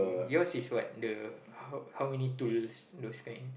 yours is what the how how many tools those kind